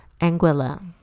Anguilla